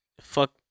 Fuck